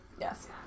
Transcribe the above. Yes